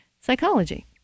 psychology